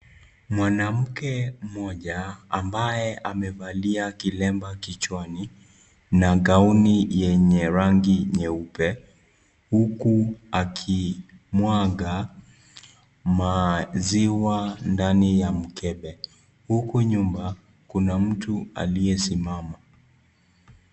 Mwanamke mmoja ambaye amevalia kilemba kichwani na gauni yenye rangi nyeupe huku akimwaga maziwa ndani ya mkebe. Huku nyuma kuna mtu aliyesimama.